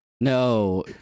No